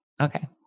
Okay